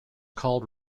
called